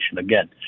Again